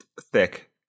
thick